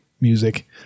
music